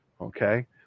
okay